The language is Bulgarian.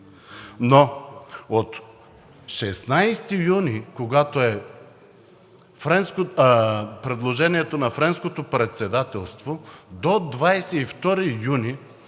Но от 16 юни, когато е предложението на Френското председателство, до 22 юни